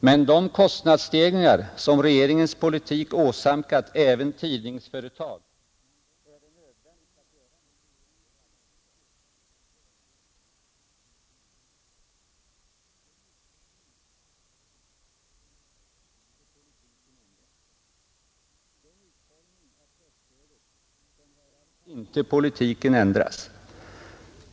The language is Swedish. Med de kostnadsstegringar som regeringens politik åsamkat även tidningsföretag är det nödvändigt att göra någonting — det är vi alla överens om, Det naturliga, att ändra politiken, vill inte regeringen. Då återstår bara ekonomisk hjälp i någon form. Men denna hjälp kommer att bli otillräcklig om inte politiken ändras.